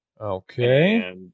Okay